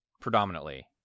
predominantly